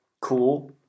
cool